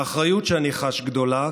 האחריות שאני חש גדולה,